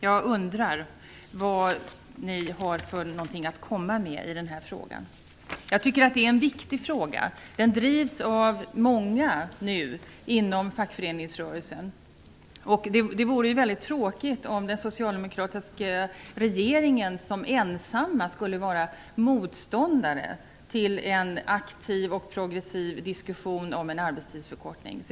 Jag undrar vad ni har att komma med i den här frågan, som är viktig. Den drivs nu av många inom fackföreningsrörelsen. Det vore väldigt tråkigt om den socialdemokratiska regeringen ensam skulle vara motståndare till en aktiv och progressiv diskussion om en arbetstidsförkortning.